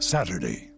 Saturday